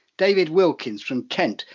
david wilkins from kent,